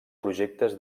projectes